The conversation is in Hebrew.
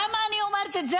למה אני אומרת את זה,